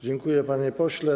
Dziękuję, panie pośle.